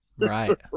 right